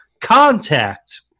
contact